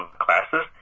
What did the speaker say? classes